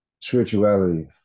Spirituality